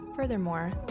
Furthermore